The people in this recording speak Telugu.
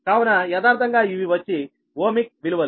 కావున యదార్ధంగా ఇవి వచ్చి ఓమిక్ విలువలు